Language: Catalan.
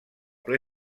ple